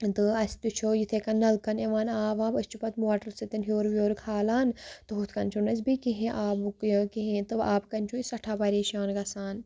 تہٕ اَسہِ تہِ چھُ یِتھَے کَنۍ نَلکَن یِوان آب واب أسۍ چھِ پَتہٕ موٹرٕ سۭتۍ ہیٚور ویوٚر کھالان تہٕ ہُتھ کَنۍ چھُنہٕ اَسہِ بیٚیہِ کِہیٖنۍ آبُک یہِ کِہیٖنۍ تہٕ آب کَنۍ چھُ أسۍ سٮ۪ٹھاہ پریشان گژھان